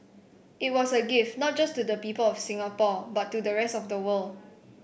it was a gift not just to the people of Singapore but to the rest of the world